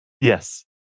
Yes